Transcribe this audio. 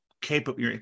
capable